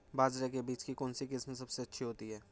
बाजरे के बीज की कौनसी किस्म सबसे अच्छी होती है?